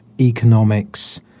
economics